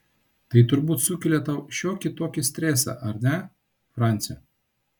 tai turbūt sukelia tau šiokį tokį stresą ar ne franci